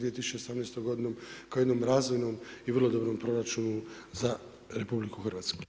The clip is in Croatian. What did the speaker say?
2018. godinom kao jednom razvojnom i vrlo dobrom proračunu za RH.